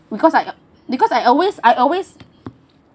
because I because I always I always